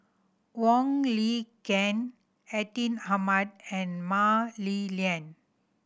Wong Lin Ken Atin Amat and Mah Li Lian